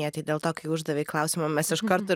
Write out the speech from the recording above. ne tik dėl to kai uždavei klausimą mes iš karto